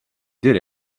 did